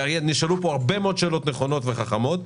נשאלו פה הרבה מאוד שאלות עמוקות וחכמות,